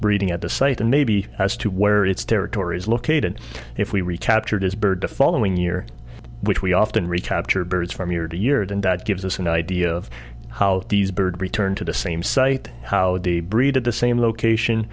breeding at the site and maybe as to where its territory is located and if we recaptured his bird the following year which we often recaptured varies from year to year and that gives us an idea of how these birds return to the same site how the breed at the same location